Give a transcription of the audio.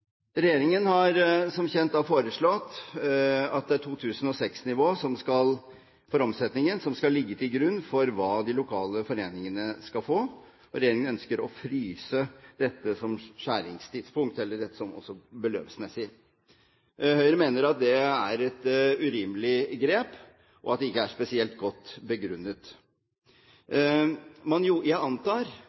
Regjeringen har som kjent foreslått at det er 2006-nivået for omsetningen som skal ligge til grunn for hva de lokale foreningene skal få. Regjeringen ønsker å fryse dette som skjæringstidspunkt beløpsmessig. Høyre mener at det er et urimelig grep, og at det ikke er spesielt godt begrunnet. Jeg antar,